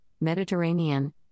Mediterranean